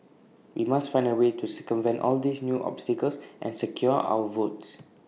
we must find A way to circumvent all these new obstacles and secure our votes